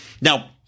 Now